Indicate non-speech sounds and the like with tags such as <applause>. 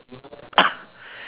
<coughs>